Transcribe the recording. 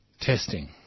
Testing